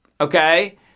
Okay